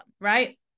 right